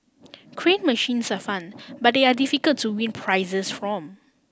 crane machines are fun but they are difficult to win prizes from